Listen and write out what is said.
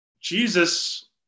Jesus